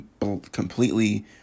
completely